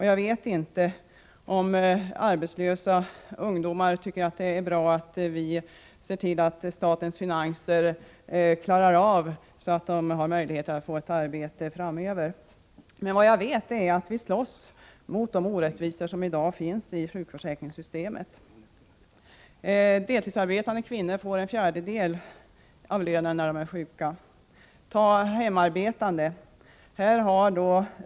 Jag vet inte om arbetslösa ungdomar tycker att det är bra att vi ser till att statens finanser stärks, så att de har möjlighet att framöver få ett arbete. Men vad jag vet är att vi slåss mot de orättvisor som för närvarande finns i sjukförsäkringssystemet. Deltidsarbetande kvinnor får en fjärdedel av lönen när de är sjuka. Ta de hemarbetande!